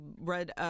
read